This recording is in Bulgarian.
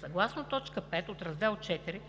Съгласно т. 5, от Раздел IV